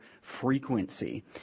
frequency